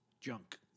junk